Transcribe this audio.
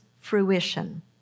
fruition